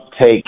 take